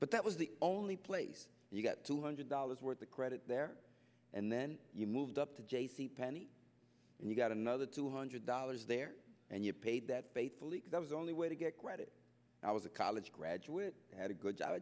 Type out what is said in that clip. but that was the only place you got two hundred dollars worth of credit there and then you moved up to j c penney and you got another two hundred dollars there and you paid that bait believe that was the only way to get credit i was a college graduate had a good job i